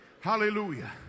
hallelujah